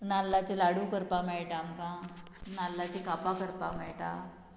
नाल्लाचें लाडू करपाक मेळटा आमकां नाल्लाचीं कापां करपाक मेळटा